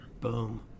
Boom